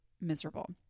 miserable